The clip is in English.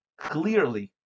clearly